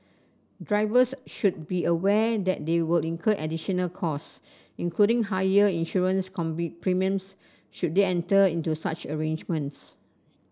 drivers should be aware that they will incur additional cost including higher insurance premiums should they enter into such arrangements